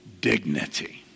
dignity